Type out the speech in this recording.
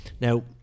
Now